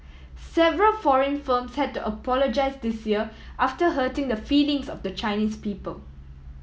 several foreign firms had to apologise this year after hurting the feelings of the Chinese people